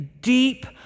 deep